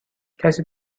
کسی